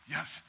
Yes